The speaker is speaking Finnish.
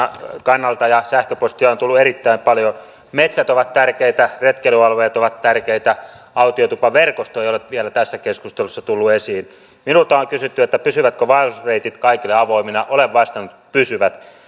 kannalta ja sähköpostia on tullut erittäin paljon metsät ovat tärkeitä retkeilyalueet ovat tärkeitä autiotupaverkosto ei ole vielä tässä keskustelussa tullut esiin minulta on on kysytty pysyvätkö vaellusreitit kaikille avoimina olen vastannut pysyvät